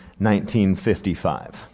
1955